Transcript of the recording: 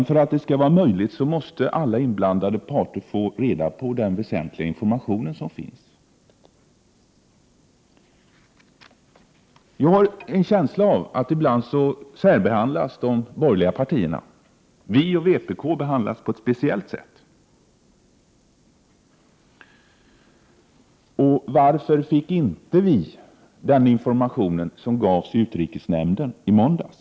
För att det skall vara möjligt måste dock alla inblandade parter få reda på den väsentliga informationen. Jag har en känsla av att de borgerliga partierna ibland särbehandlas, och miljöpartiet de gröna och vpk behandlas på ett speciellt sätt. Varför fick inte vi den information som gavs i utrikesnämnden i måndags?